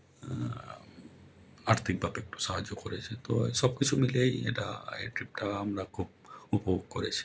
আর্থিকভাবে একটু সাহায্য করেছে তো এই সব কিছু মিলিয়েই এটা এই ট্রিপটা আমরা খুব উপভোগ করেছি